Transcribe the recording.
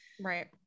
Right